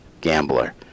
gambler